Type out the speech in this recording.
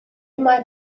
mae